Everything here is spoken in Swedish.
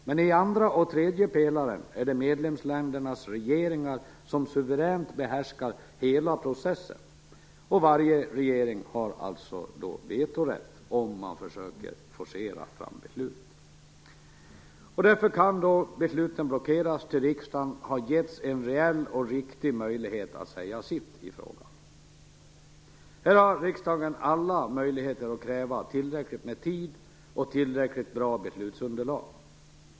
Men i andra och tredje pelaren är det medlemsländernas regeringar som suveränt behärskar hela processen. Varje regering har alltså vetorätt om man försöker forcera fram beslut. Därför kan besluten blockeras tills riksdagen har getts en reell och riktig möjlighet att säga sitt i frågan. Här har riksdagen alla möjligheter att kräva tillräckligt med tid och tillräckligt bra beslutsunderlag.